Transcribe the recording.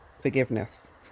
forgiveness